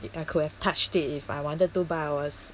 I could have touched it if I wanted to but I was